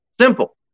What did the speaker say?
simple